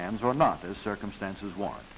hands or not as circumstances on